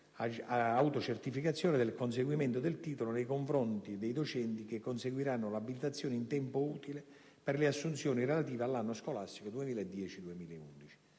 autocertificazione del conseguimento del titolo, nei confronti dei docenti che conseguiranno l'abilitazione in tempo utile per le assunzioni relative all'anno scolastico 2010-2011».